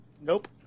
Nope